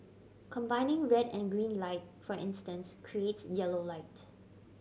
combining red and green light for instance creates yellow light